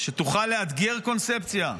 שתוכל לאתגר קונספציה,